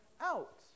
out